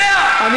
לא ביקש.